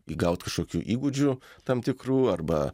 įgaut kažkokių įgūdžių tam tikrų arba